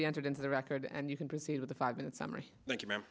be entered into the record and you can proceed with a five minute summary thank you ma'am